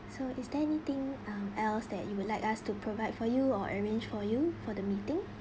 so is there anything um else that you would like us to provide for you or arrange for you for the meeting